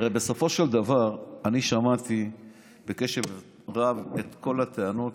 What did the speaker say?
בסופו של דבר אני שמעתי בקשב רב את כל הטענות